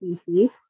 species